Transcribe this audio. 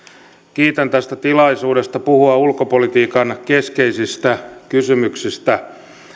kiitän tästä tilaisuudesta puhua ulkopolitiikan keskeisistä kysymyksistä